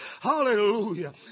Hallelujah